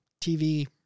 TV